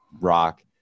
rock